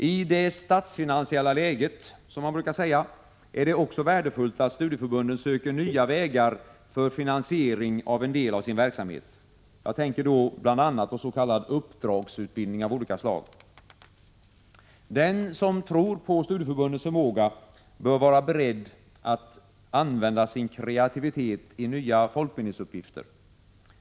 I det statsfinansiella läget — som man brukar säga — är det också värdefullt att studieförbunden söker nya vägar för finansiering av en del av sin verksamhet. Jag tänker då bl.a. på s.k. uppdragsutbildning av olika slag. Den som tror på studieförbundens förmåga bör vara beredd att använda sin kreativitet i nya folkbildningsuppgifter.